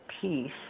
peace